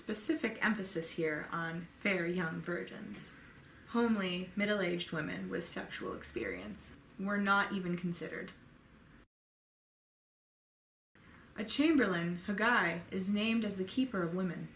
specific emphasis here on very young virgins homely middle aged women with sexual experience were not even considered a chamberlain the guy is named as the keeper of women